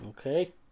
Okay